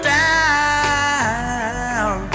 down